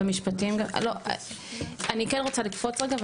אני כן רוצה לקפוץ רגע,